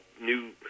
new